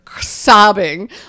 sobbing